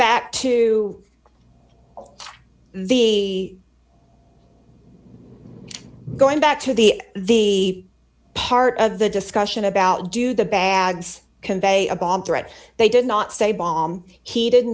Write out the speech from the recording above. back to the going back to the the part of the discussion about do the bags convey a bomb threat they did not say bomb he